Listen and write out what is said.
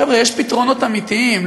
חבר'ה, יש פתרונות אמיתיים.